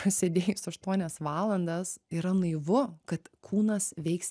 prasėdėjus aštuonias valandas yra naivu kad kūnas veiks